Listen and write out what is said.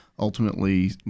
Ultimately